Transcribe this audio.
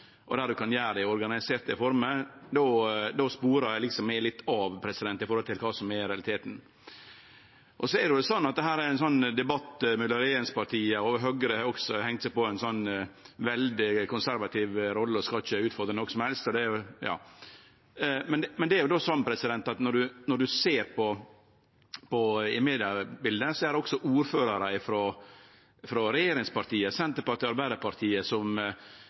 og der ein kan gjere det i organiserte former, då sporar det – og eg – litt av i forhold til kva som er realiteten. Dette er ein debatt mellom regjeringspartia, og Høgre har også hengt seg på og har teke ei veldig konservativ rolle og skal ikkje utfordre noko som helst. Men når ein ser på mediebildet, er det også ordførarar frå regjeringspartia, Senterpartiet og Arbeidarpartiet, som ber om å få oppheve desse skjenkestoppane, bl.a. i Hemsedal og i Tromsø, der dei ikkje forstår kvifor det skal vere skjenkeforbod. Når ein kjem inn på Hemsedal og f.eks. Stranda, som